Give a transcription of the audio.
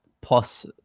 plus